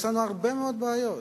יש לנו הרבה מאוד בעיות,